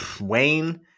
Wayne